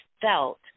felt